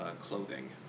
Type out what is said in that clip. clothing